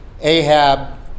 Ahab